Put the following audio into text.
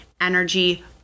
energy